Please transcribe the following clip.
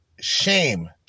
shame